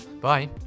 Bye